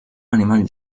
animals